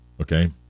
okay